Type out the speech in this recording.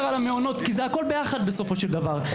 על המעונות כי זה הכול ביחד בסופו של דבר.